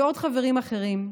ועוד חברים אחרים,